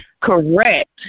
Correct